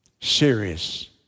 Serious